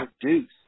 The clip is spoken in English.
produce